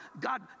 God